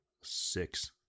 Six